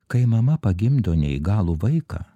kai mama pagimdo neįgalų vaiką